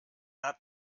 hat